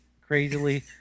Crazily